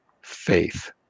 faith